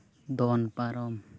ᱫᱚᱱ ᱯᱟᱨᱚᱢ